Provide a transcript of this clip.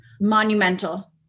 monumental